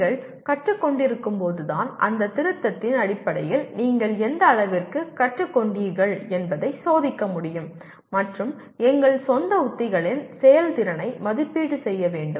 நீங்கள் கற்றுக் கொண்டிருக்கும்போதுதான் அந்த திருத்தத்தின் அடிப்படையில் நீங்கள் எந்த அளவிற்கு கற்றுக்கொண்டீர்கள் என்பதை சோதிக்க முடியும் மற்றும் எங்கள் சொந்த உத்திகளின் செயல்திறனை மதிப்பீடு செய்ய வேண்டும்